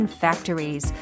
factories